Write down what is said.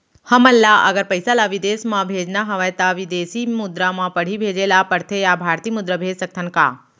हमन ला अगर पइसा ला विदेश म भेजना हवय त विदेशी मुद्रा म पड़ही भेजे ला पड़थे या भारतीय मुद्रा भेज सकथन का?